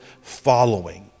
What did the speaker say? following